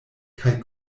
kaj